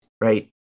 right